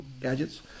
gadgets